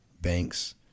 banks